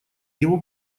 его